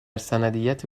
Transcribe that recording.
سندیت